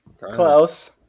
Klaus